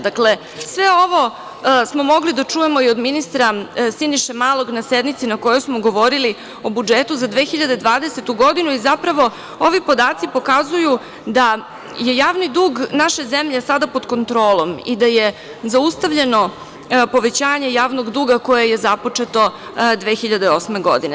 Dakle, sve ovo smo mogli i da čujemo od ministra Siniše Malog na sednici na kojoj smo govorili o budžetu za 2020. godinu i zapravo, ovi podaci pokazuju da je javni dug naše zemlje sada pod kontrolom i da je zaustavljeno povećanje javnog duga koje je započeto 2008. godine.